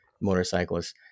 motorcyclists